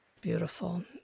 Beautiful